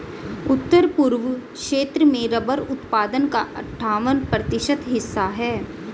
उत्तर पूर्व क्षेत्र में रबर उत्पादन का अठ्ठावन प्रतिशत हिस्सा है